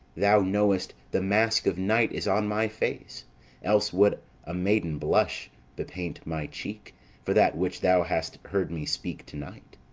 thou knowest the mask of night is on my face else would a maiden blush bepaint my cheek for that which thou hast heard me speak to-night.